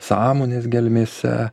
sąmonės gelmėse